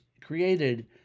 created